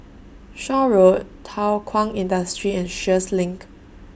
Shaw Road Thow Kwang Industry and Sheares LINK